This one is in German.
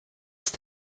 ist